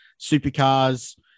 supercars